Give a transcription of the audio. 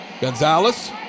Gonzalez